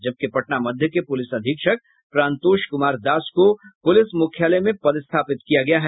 जबकि पटना मध्य के पुलिस अधीक्षक प्राणतोष कुमार दास को पुलिस मुख्यालय में पदस्थापित किया गया है